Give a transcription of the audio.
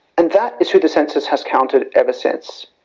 and that is who the census has counted ever since.